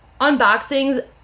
unboxings